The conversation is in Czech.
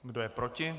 Kdo je proti?